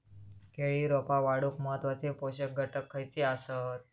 केळी रोपा वाढूक महत्वाचे पोषक घटक खयचे आसत?